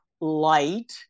light